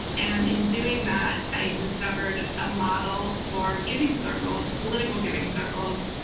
and in doing that, i discovered a model for giving circles, political giving circles,